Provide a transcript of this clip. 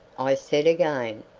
i said again,